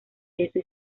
yeso